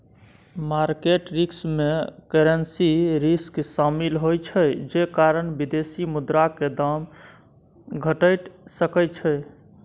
market risk में currency risk शामिल होइ छइ जे कारण विदेशी मुद्रा के दाम घइट सकइ छइ